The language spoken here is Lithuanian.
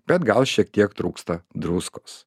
bet gal šiek tiek trūksta druskos